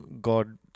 God